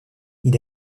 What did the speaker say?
elle